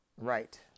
right